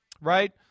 right